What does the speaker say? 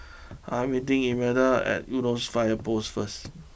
I am meeting Imelda at Eunos fire post first